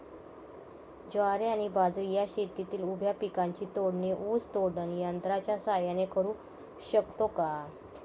ज्वारी आणि बाजरी या शेतातील उभ्या पिकांची तोडणी ऊस तोडणी यंत्राच्या सहाय्याने करु शकतो का?